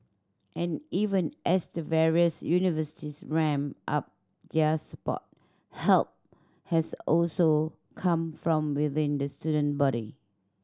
and even as the various universities ramp up their support help has also come from within the student body